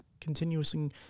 continuously